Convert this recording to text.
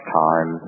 time